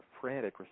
frantic